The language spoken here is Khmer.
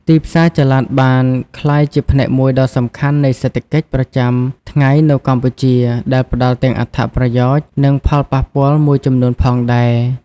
ទីផ្សារចល័តបានក្លាយជាផ្នែកមួយដ៏សំខាន់នៃសេដ្ឋកិច្ចប្រចាំថ្ងៃនៅកម្ពុជា ដែលផ្តល់ទាំងអត្ថប្រយោជន៍ និងផលប៉ះពាល់មួយចំនួនផងដែរ។